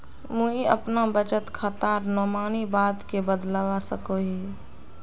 मुई अपना बचत खातार नोमानी बाद के बदलवा सकोहो ही?